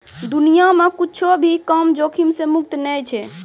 दुनिया मे कुच्छो भी काम जोखिम से मुक्त नै छै